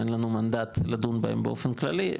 אין לנו מנדט לדון בהם באופן כללי,